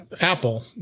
Apple